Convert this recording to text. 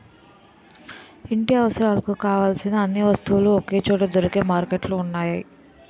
ఇంటి అవసరాలకు కావలసిన అన్ని వస్తువులు ఒకే చోట దొరికే మార్కెట్లు ఉన్నాయి